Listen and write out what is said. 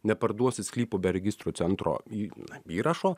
neparduosi sklypo be registrų centro į įrašo